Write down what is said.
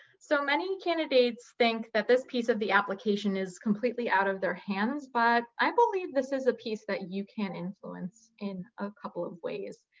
so many candidates think that this piece of the application is completely out of their hands, but i believe this is a piece that you can influence in a couple of ways.